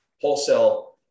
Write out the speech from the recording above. wholesale